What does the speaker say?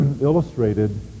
illustrated